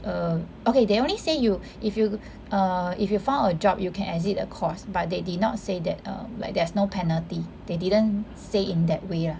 um okay they only say you if you err if you found a job you can exit the course but they did not say that err like there's no penalty they didn't say in that way lah